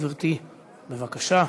גברתי, בבקשה.